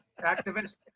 activist